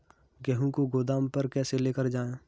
गेहूँ को गोदाम पर कैसे लेकर जाएँ?